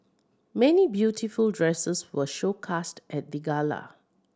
many beautiful dresses were showcased at the gala